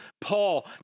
Paul